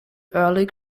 early